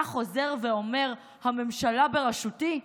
אתה חוזר ואומר "הממשלה בראשותי".